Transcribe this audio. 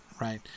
right